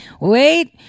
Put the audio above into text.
Wait